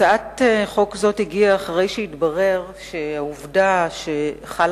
הצעת החוק הזאת הונחה אחרי שהתברר שהעובדה שחלה